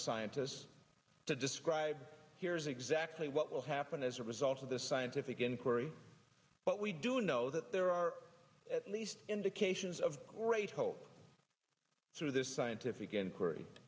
scientists to describe here's exactly what will happen as a result of this scientific inquiry but we do know that there are at least indications of or a hope through this scientific in